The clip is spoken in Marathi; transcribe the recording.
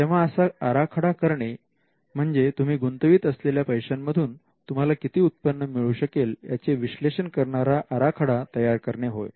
तेव्हा असा आराखडा करणे म्हणजे तुम्ही गुंतवीत असलेल्या पैशांमधून मधून तुम्हाला किती उत्पन्न मिळू शकेल याचे विश्लेषण करणारा आराखडा तयार करणे होय